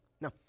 Now